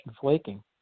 flaking